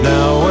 Now